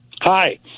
Hi